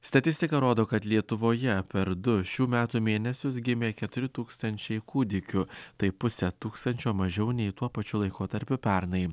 statistika rodo kad lietuvoje per du šių metų mėnesius gimė keturi tūkstančiai kūdikių tai pusę tūkstančio mažiau nei tuo pačiu laikotarpiu pernai